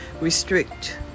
restrict